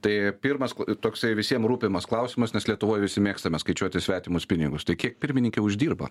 tai pirmas toksai visiem rūpimas klausimas nes lietuvoj visi mėgstame skaičiuoti svetimus pinigus tai kiek pirmininkė uždirba